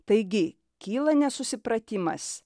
taigi kyla nesusipratimas